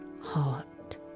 heart